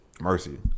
Mercy